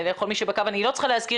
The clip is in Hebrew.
לכל מי שבקו אני לא צריכה להזכיר,